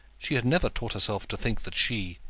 she had never taught herself to think that she,